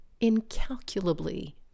incalculably